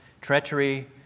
treachery